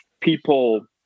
people